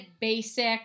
basic